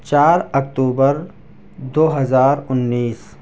چار اکتوبر دو ہزار انیس